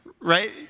Right